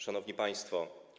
Szanowni Państwo!